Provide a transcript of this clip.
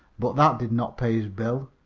but that did not pay his bill.